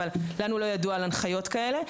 אבל לנו לא ידוע על הנחיות כאלה.